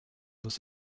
dos